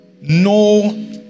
no